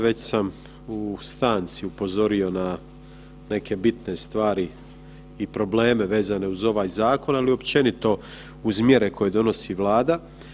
Već sam u stanci upozorio na neke bitne stvari i probleme vezane uz ovaj zakon, ali općenito uz mjere koje donosi Vlada.